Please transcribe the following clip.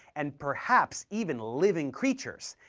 and perhaps even living creatures,